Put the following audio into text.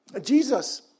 Jesus